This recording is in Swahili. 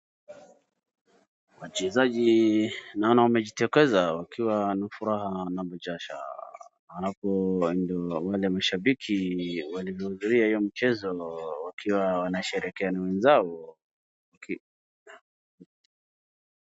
Wachezaji naona wamejitokeza wakiwa na furaha na bashasha. Wanapoenda wale mashabiki walivyohudhuria hiyo mchezo wakiwa wanasherehekea na wenzao waki.